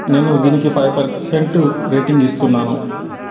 నేను దీనికి five percent rating ఇస్తున్నాను